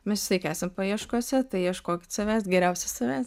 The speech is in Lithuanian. mes visąlaik esam paieškose tai ieškokit savęs geriausio savęs